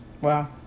Wow